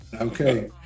Okay